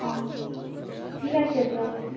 অঁ ঠিক আছে দিয়ক